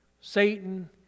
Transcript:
Satan